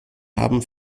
haben